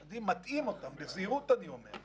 מטעים אותם בזהירות אני אומר.